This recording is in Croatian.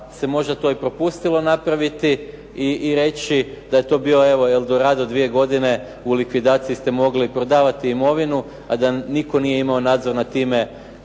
se možda to i propustilo napraviti i reći da je to bio evo El' Dorado dvije godine u likvidaciji ste mogli prodavati imovinu, a da nitko nije imao nadzor nad time